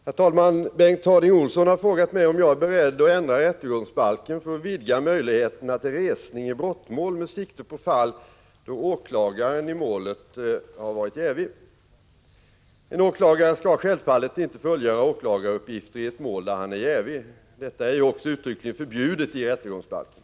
Herr talman! Bengt Harding Olson har frågat mig om jag är beredd att ändra rättegångsbalken för att vidga möjligheterna till resning i brottmål med sikte på fall då åklagaren i målet har varit jävig. En åklagare skall självfallet inte fullgöra åklagaruppgifter i ett mål där han är jävig. Detta är ju också uttryckligen förbjudet i rättegångsbalken.